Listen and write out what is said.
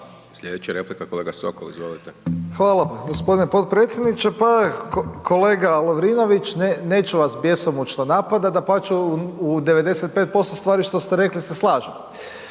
Slijedeća replika kolega Sokol, izvolite. **Sokol, Tomislav (HDZ)** Hvala g. potpredsjedniče. Pa kolega Lovrinović, neću vas bjesomučno napadat, dapače u 95% stvari što ste rekli se slažem,